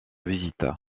visite